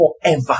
forever